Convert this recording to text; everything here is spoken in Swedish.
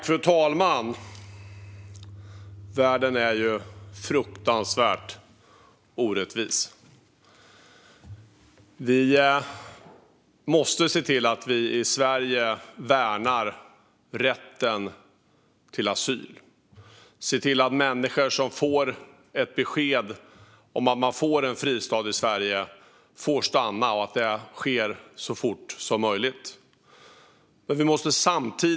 Fru talman! Världen är fruktansvärt orättvis. Vi måste se till att vi i Sverige värnar rätten till asyl. Vi måste se till att människor som får ett besked om att de får en fristad i Sverige får stanna och att det sker så fort som möjligt.